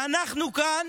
אנחנו כאן